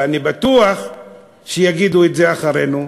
ואני בטוח שיגידו את זה אחרינו,